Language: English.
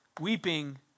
weeping